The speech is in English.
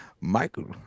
Michael